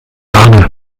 angel